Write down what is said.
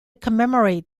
commemorate